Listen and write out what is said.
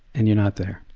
and you're not there.